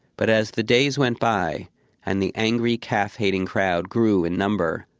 but as the days went by and the angry calf-hating crowds grew in number,